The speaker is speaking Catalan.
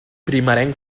primerenc